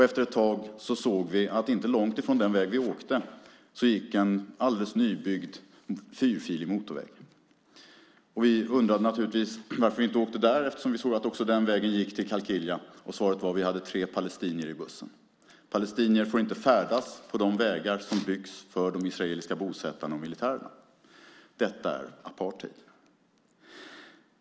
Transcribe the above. Efter ett tag såg vi att inte långt ifrån den väg vi åkte gick en alldeles nybyggd fyrfilig motorväg. Vi undrade naturligtvis varför vi inte åkte där, eftersom vi såg att också den vägen gick till Qalqilia. Svaret var att vi hade tre palestinier i bussen. Palestinier får inte färdas på de vägar som byggts för de israeliska bosättarna och militären. Detta är apartheid.